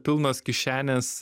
pilnos kišenės